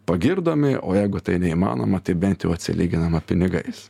pagirdomi o jeigu tai neįmanoma tai bent jau atsilyginama pinigais